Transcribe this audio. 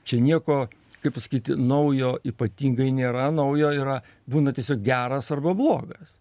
čia nieko kaip pasakyti naujo ypatingai nėra naujo yra būna tiesiog geras arba blogas